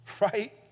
right